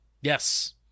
Yes